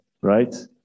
right